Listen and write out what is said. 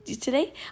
today